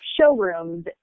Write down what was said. showrooms